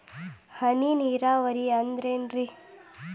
ಹನಿ ನೇರಾವರಿ ಅಂದ್ರೇನ್ರೇ?